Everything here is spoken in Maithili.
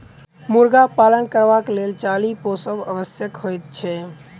मुर्गा पालन करबाक लेल चाली पोसब आवश्यक होइत छै